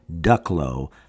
Ducklow